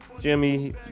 Jimmy